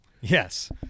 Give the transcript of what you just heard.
yes